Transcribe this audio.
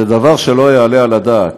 זה דבר שלא יעלה על הדעת.